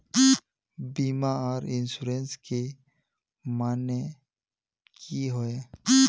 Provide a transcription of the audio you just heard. बीमा आर इंश्योरेंस के माने की होय?